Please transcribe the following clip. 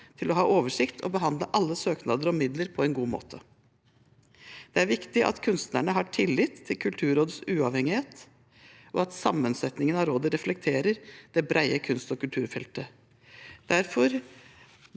til å ha oversikt og behandle alle søknader om midler på en god måte. Det er viktig at kunstnerne har tillit til Kulturrådets uavhengighet, og at sammensetningen av rådet reflekterer det brede kunst- og kulturfeltet. Derfor